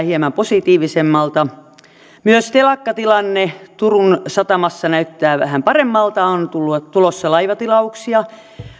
hieman positiivisemmalta ja myös telakkatilanne turun satamassa näyttää vähän paremmalta on tulossa laivatilauksia